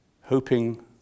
hoping